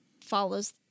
follows